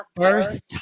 first